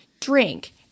drink